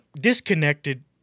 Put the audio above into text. disconnected